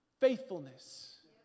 Faithfulness